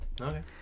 Okay